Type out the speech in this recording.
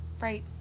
Right